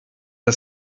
das